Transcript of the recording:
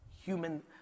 human